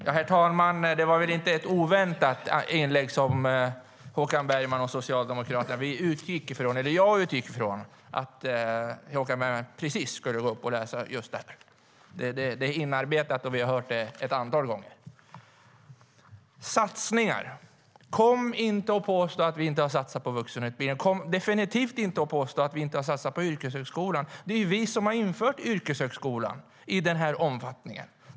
Herr talman! Det var inte något oväntat inlägg från Håkan Bergman och Socialdemokraterna. Jag utgick från att Håkan Bergman skulle gå upp och säga precis det här. Det är inarbetat. Vi har hört det ett antal gånger. Satsningar? Kom inte och påstå att vi inte har satsat på vuxenutbildningen! Och kom definitivt inte och påstå att vi inte har satsat på yrkeshögskolan! Det är ju vi som har infört yrkeshögskolan i den här omfattningen.